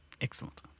Excellent